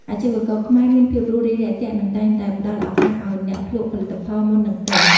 អាជីវករខ្មែរមានភាពរួសរាយរាក់ទាក់ និងតែងតែផ្តល់ឱកាសឱ្យអ្នកភ្លក់ផលិតផលមុននឹងទិញ។